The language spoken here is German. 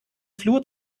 flur